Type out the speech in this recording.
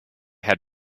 had